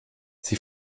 sie